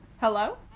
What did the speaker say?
Hello